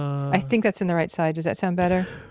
i think that's in the right side. does that sound better?